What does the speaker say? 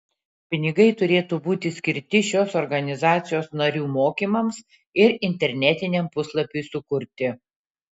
pinigai turėtų būti skirti šios organizacijos narių mokymams ir internetiniam puslapiui sukurti